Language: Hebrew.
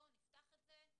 נפתח את זה למפקח.